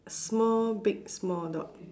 small big small dot